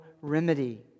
remedy